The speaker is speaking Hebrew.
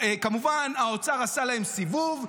כמובן, האוצר עשה להם סיבוב.